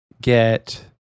get